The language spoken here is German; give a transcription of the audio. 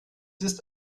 ist